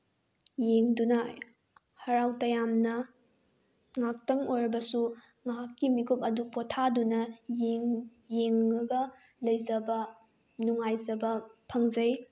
ꯌꯦꯡꯗꯨꯅ ꯍꯔꯥꯎ ꯇꯌꯥꯝꯅ ꯉꯥꯛꯇꯪ ꯑꯣꯏꯔꯕꯁꯨ ꯉꯍꯥꯛꯀꯤ ꯄꯤꯀꯨꯞ ꯑꯗꯨ ꯄꯣꯊꯥꯗꯨꯅ ꯌꯦꯡꯉꯒ ꯂꯩꯖꯕ ꯅꯨꯡꯉꯥꯏꯖꯕ ꯐꯪꯖꯩ